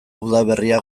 udaberria